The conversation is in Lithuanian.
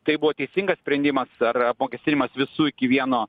tai buvo teisingas sprendimas ar apmokestinimas visų iki vieno